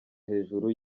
hejuru